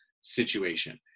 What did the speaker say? situation